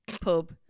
pub